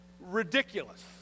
Ridiculous